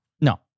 No